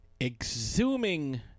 exhuming